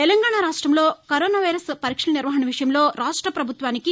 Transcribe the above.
తెలంగాణా రాష్టంలో corona virus పరీక్షల నిర్వహణ విషయంలో రాష్ట ప్రభుత్వానికి